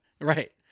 right